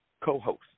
co-host